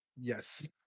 yes